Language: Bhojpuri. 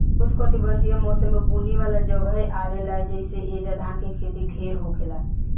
उष्णकटिबंधीय मौसम में बुनी वाला जगहे आवेला जइसे ऐजा धान के खेती ढेर होखेला